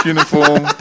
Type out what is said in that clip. Uniform